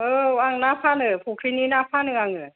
औ आं ना फानो फ'ख्रिनि ना फानो आङो